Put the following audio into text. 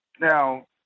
Now